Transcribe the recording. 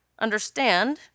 understand